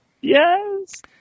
Yes